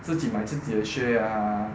自己买自己的 share ah